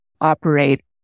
operate